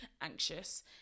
anxious